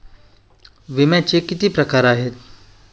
विम्याचे किती प्रकार आहेत?